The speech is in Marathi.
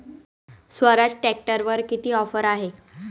स्वराज ट्रॅक्टरवर किती ऑफर आहे?